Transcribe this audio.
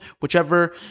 whichever